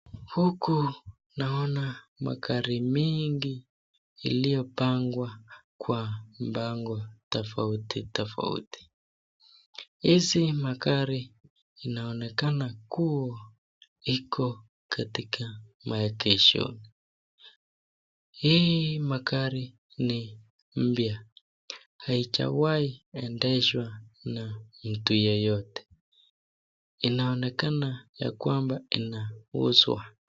Huku naona magari mengi iliyopangwa kwa mpango tofauti tofauti. Hizi magari inaonekana kuwa iko katika maegesho. Hii magari ni mpya. Haijawahi endeshwa na mtu yeyote. Inaonekana ya kwamba inauzwa.